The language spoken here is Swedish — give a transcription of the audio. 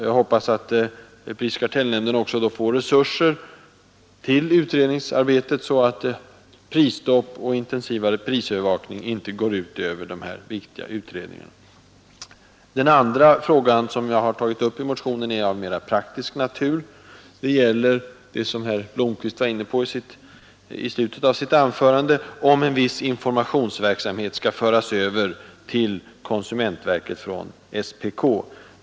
Jag hoppas att prisoch kartellnämnden också får resurser till utredningsarbetet, så att prisstopp och intensivare prisövervakning inte går ut över de här viktiga utredningarna. Den andra frågan, som jag har tagit upp i motionen, är av mera praktisk natur. Den gäller det som herr Blomkvist var inne på i slutet av sitt anförande, nämligen om en viss informationsverksamhet skall föras över från SPK till konsumentverket.